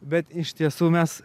bet iš tiesų mes